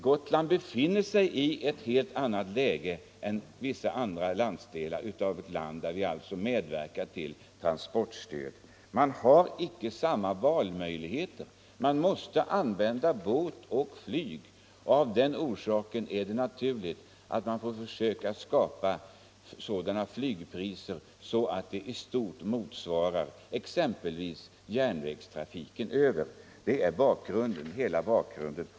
Gotland befinner sig i ett helt annat läge än vissa andra delar av landet, där vi kan medverka till transportstöd, eftersom man inte har samma valmöjligheter utan måste använda båt och flyg till och från Gotland. Av den orsaken är det naturligt att man bör försöka skapa flygpriser som i stort sett motsvarar exempelvis järnvägstrafikens kostnader. Detta är hela bakgrunden.